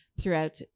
throughout